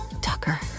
Tucker